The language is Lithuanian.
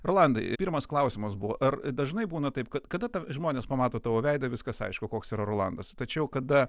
rolandai pirmas klausimas buvo ar dažnai būna taip kad kada ta žmonės pamato tavo veidą viskas aišku koks yra rolandas tačiau kada